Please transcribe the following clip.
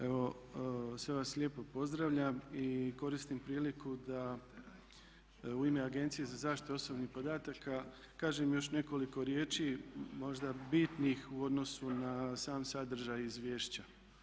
Evo sve vas lijepo pozdravljam i koristim priliku da u ime Agencije za zaštitu osobnih podataka kažem još nekoliko riječi možda bitnih u odnosu na sam sadržaj izvješća.